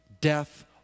death